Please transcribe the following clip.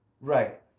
Right